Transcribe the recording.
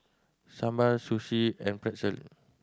Sambar Sushi and Pretzel